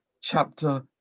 Chapter